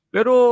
Pero